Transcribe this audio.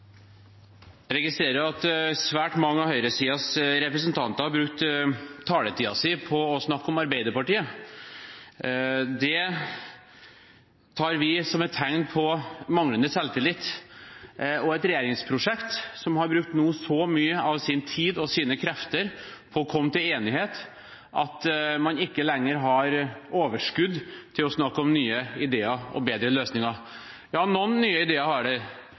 Jeg registrerer at svært mange av høyresidens representanter har brukt taletiden sin på å snakke om Arbeiderpartiet. Det tar vi som et tegn på manglende selvtillit og et regjeringsprosjekt som nå har brukt så mye av sin tid og sine krefter på å komme til enighet at man ikke lenger har overskudd til å snakke om nye ideer og bedre løsninger. Noen nye ideer har de, men stort sett er det